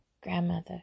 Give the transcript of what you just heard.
grandmother